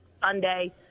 Sunday